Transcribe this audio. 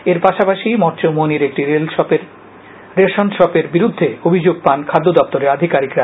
এর পাশাপাশি মঠ চৌমুহনীর একটি রেশন শপের বিরুদ্ধে অভিযোগ পান খাদ্য দপ্তরের আধিকারিকরা